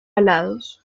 alados